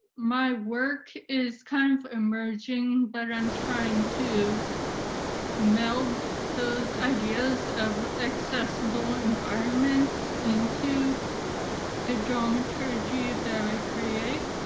my work is kind of emerging, but i'm trying to meld those ideas of accessible environments into the dramaturgy that i create.